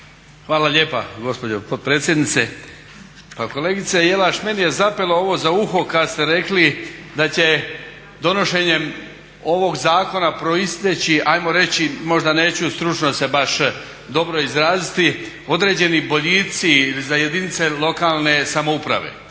Hvala lijepa gospođo potpredsjednice. Pa kolegice Jelaš, meni je zapelo ovo za uho kad ste rekli da će donošenjem ovog zakona proisteći ajmo reći, možda neću stručno se baš dobro izraziti određeni boljici za jedinice lokalne samouprave.